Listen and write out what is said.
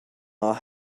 are